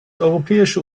europäische